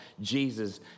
Jesus